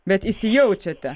bet įsijaučiate